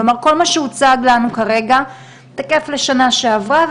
זאת אומרת כל מה שהוצג לנו כרגע תקף לשנה שעברה,